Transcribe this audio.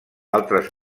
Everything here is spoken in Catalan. altres